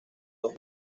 dos